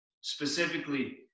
Specifically